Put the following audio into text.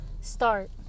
Start